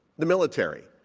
the military,